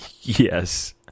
Yes